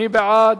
מי בעד?